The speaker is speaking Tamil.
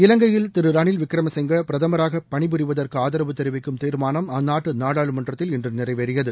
இலங்கையில் திரு ரனில விக்ரமசிங்கே பிரதமராக பணிபுரிவதற்கு ஆதரவு தெரிவிக்கும் தீர்மானம் அந்நாட்டு நாடாளுமன்றத்தில் இன்று நிறைவேறியது